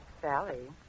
Sally